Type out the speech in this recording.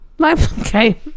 okay